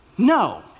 No